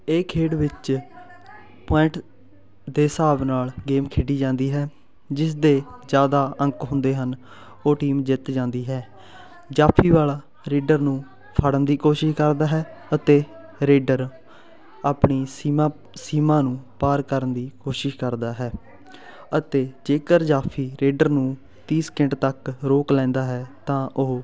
ਇਹ ਖੇਡ ਵਿੱਚ ਪੁਆਇੰਟ ਦੇ ਹਿਸਾਬ ਨਾਲ ਗੇਮ ਖੇਡੀ ਜਾਂਦੀ ਹੈ ਜਿਸ ਦੇ ਜ਼ਿਆਦਾ ਅੰਕ ਹੁੰਦੇ ਹਨ ਉਹ ਟੀਮ ਜਿੱਤ ਜਾਂਦੀ ਹੈ ਜਾਫੀ ਵਾਲਾ ਰੇਡਰ ਨੂੰ ਫੜਨ ਦੀ ਕੋਸ਼ਿਸ਼ ਕਰਦਾ ਹੈ ਅਤੇ ਰੇਡਰ ਆਪਣੀ ਸੀਮਾ ਸੀਮਾ ਨੂੰ ਪਾਰ ਕਰਨ ਦੀ ਕੋਸ਼ਿਸ਼ ਕਰਦਾ ਹੈ ਅਤੇ ਜੇਕਰ ਜਾਫੀ ਰੇਡਰ ਨੂੰ ਤੀਹ ਸਕਿੰਟ ਤੱਕ ਰੋਕ ਲੈਂਦਾ ਹੈ ਤਾਂ ਉਹ